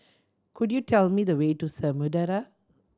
could you tell me the way to Samudera